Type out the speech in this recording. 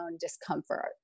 discomfort